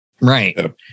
right